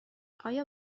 آیا